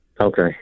Okay